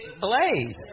blaze